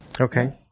Okay